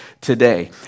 today